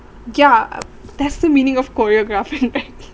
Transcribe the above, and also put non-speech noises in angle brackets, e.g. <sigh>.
yeah uh that's the meaning of choreographing right <laughs>